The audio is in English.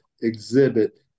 exhibit